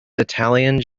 italian